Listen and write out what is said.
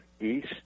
east